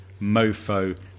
Mofo